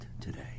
today